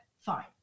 fine